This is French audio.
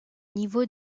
niveau